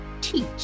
teach